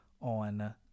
on